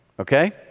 Okay